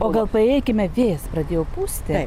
o gal paėjėkime vėjas pradėjo pūsti